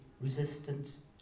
resistance